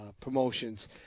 promotions